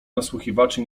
nasłuchiwaczy